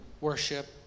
worship